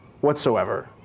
whatsoever